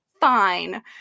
fine